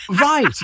right